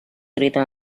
written